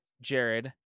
Jared